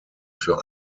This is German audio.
für